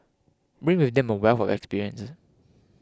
bring with them a wealth of experience